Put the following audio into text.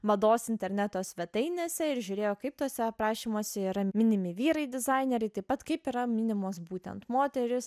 mados interneto svetainėse ir žiūrėjo kaip tuose aprašymuose yra minimi vyrai dizaineriai taip pat kaip yra minimos būtent moterys